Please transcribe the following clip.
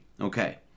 Okay